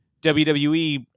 WWE